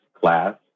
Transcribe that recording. class